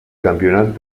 campionat